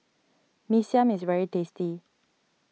Mee Siam is very tasty